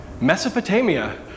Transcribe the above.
Mesopotamia